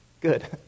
Good